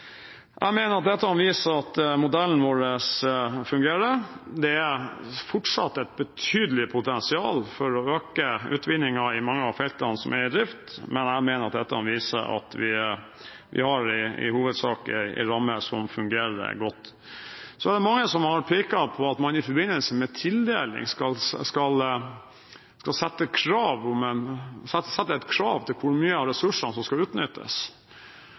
Jeg mener dette viser at modellen vår fungerer. Det er fortsatt et betydelig potensial for å øke utvinningen i mange av feltene som er i drift, men jeg mener dette viser at vi i hovedsak har en ramme som fungerer godt. Mange har pekt på at man i forbindelse med tildeling skal stille krav til hvor mye av ressursene som skal utnyttes. Når man begynner å produsere på et felt, lærer man utrolig mye både om hvordan teknologien som